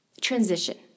transition